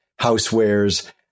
housewares